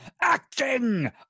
acting